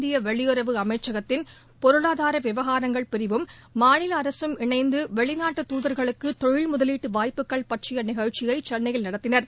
இந்திய வெளியுறவு அமைச்சகத்தின் பொருளாதார விவகாரங்கள் பிரிவும் மாநில அரசும் இணைந்து வெளிநாட்டு தூதர்களுக்கு தொழில் முதலீட்டு வாய்ப்புகள் பற்றிய நிகழ்ச்சியை சென்னையில் நடத்தினர்